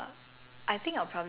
ah okay